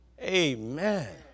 amen